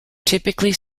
typically